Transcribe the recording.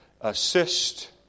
assist